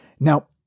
Now